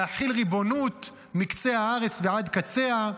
להחיל ריבונות מקצה הארץ ועד קצה.